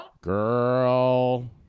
Girl